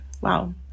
Wow